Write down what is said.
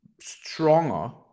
stronger